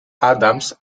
adams